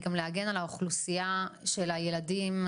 היא גם להגן על האוכלוסייה של הילדים,